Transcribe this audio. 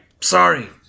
Sorry